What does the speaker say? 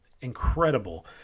incredible